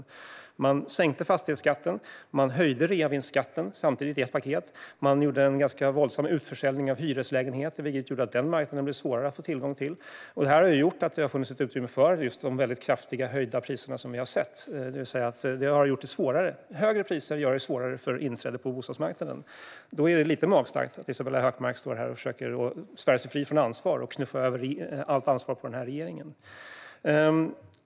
Den förra regeringen sänkte fastighetsskatten och höjde samtidigt reavinstskatten som del av ett paket. Dessutom gjordes en våldsam utförsäljning av hyreslägenheter, vilket gjorde det svårare att få tillgång till den marknaden. Detta har gjort att det funnits utrymme för de väldigt kraftiga höjda priser som vi sett. Det har gjort det svårare. Högre priser försvårar ett inträde på bostadsmarknaden. Därför är det lite magstarkt att Isabella Hökmark här försöker svära sig fri från ansvar och knuffa över allt ansvar på denna regering.